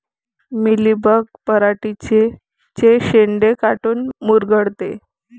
Mealybug पराटीचे चे शेंडे काऊन मुरगळते?